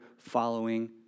following